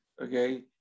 okay